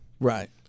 right